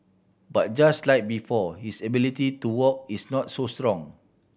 but just like before his ability to walk is not so strong